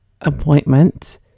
appointment